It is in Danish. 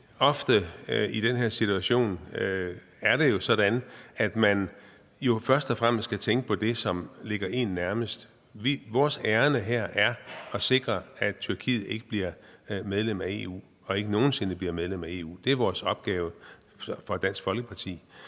ofte i den her situation er det sådan, at man jo først og fremmest skal tænke på det, som ligger en nærmest. Vores ærinde her er at sikre, at Tyrkiet ikke bliver medlem af EU – og ikke nogen sinde bliver medlem af EU. Det er opgaven for Dansk Folkeparti.